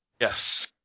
Yes